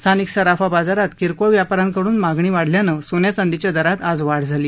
स्थानिक सराफा बाजारात किरकोळ व्यापा यांकड्रन मागणी वाढल्यानं सोन्या चांदीच्या दरात आज वाढ झाली